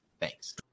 Thanks